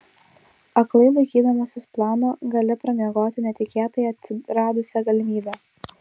aklai laikydamasis plano gali pramiegoti netikėtai atsiradusią galimybę